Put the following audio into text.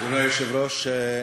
אדוני היושב-ראש,